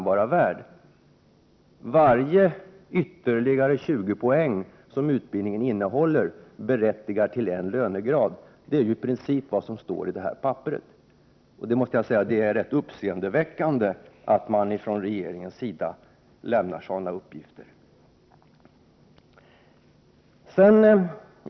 Varje ytterligare 20-poängsbetyg som utbildningen innehåller berättigar till en lönegrad — det är ju vad som i princip går att utläsa av detta papper. Det är rätt uppseendeväckande att man från regeringens sida lämnar sådana uppgifter.